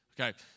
Okay